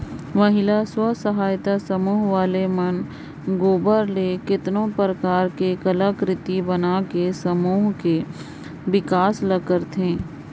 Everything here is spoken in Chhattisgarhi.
महिला स्व सहायता समूह वाले मन गोबर ले केतनो परकार के कलाकृति बनायके समूह के बिकास ल करथे